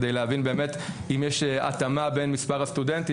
אם יש התאמה במספר הסטודנטים,